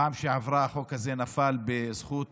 בפעם שעברה החוק הזה נפל בזכות